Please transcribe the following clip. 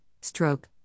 stroke